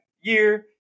year